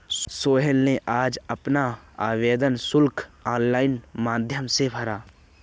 सोहेल ने आज अपना आवेदन शुल्क ऑनलाइन माध्यम से भरा